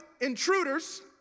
intruders